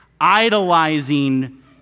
idolizing